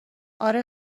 آره